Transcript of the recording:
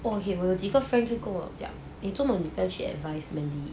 !wah! okay 我有几个 friend 跟我讲你做什么你不去> advised mandy